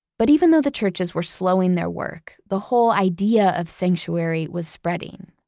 but even though the churches were slowing their work, the whole idea of sanctuary was spreading.